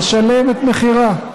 לשלם את מחירה?